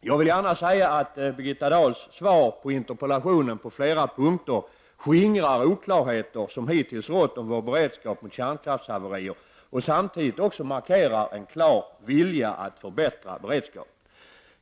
Jag vill gärna säga att Birgitta Dahls svar på interpellationen på flera punkter skingrar oklarheter som hittills rått om vår beredskap mot kärnkraftshaverier och samtidigt också markerar en klar vilja att förbättra beredskapen.